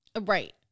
Right